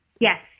Yes